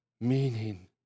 meaning